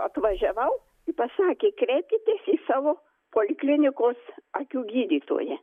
atvažiavau pasakė kreipkitės į savo poliklinikos akių gydytoją